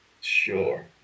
sure